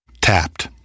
Tapped